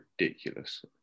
ridiculous